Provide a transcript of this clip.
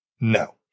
No